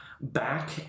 back